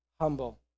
humble